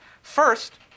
First